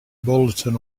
bulletin